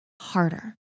harder